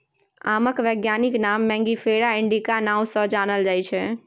आमक बैज्ञानिक नाओ मैंगिफेरा इंडिका नाओ सँ जानल जाइ छै